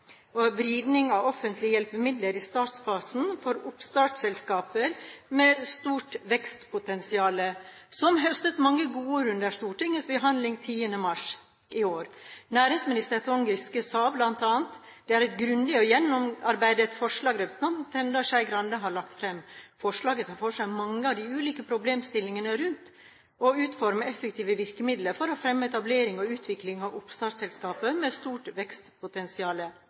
om vridning av offentlige hjelpemidler i startfasen for oppstartsselskaper med stort vekstpotensial som høstet mange godord under Stortingets behandling 10. mars i år. Næringsminister Trond Giske sa bl.a.: «Det er et grundig og gjennomarbeidet forslag representantene Tenden og Skei Grande har lagt fram. Forslaget tar opp mange av de ulike problemstillingene rundt å utforme effektive virkemidler for å fremme etablering og utvikling av oppstartsselskaper med stort vekstpotensial.»